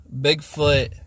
bigfoot